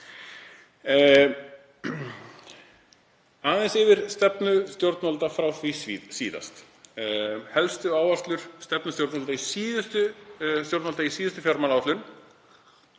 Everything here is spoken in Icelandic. aðeins að stefnu stjórnvalda frá því síðast. Helstu áherslur stefnu stjórnvalda í síðustu fjármálaáætlun